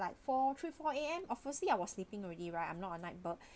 like four three four A_M obviously I was sleeping already right I am not a light bird